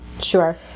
Sure